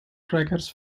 trackers